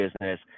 business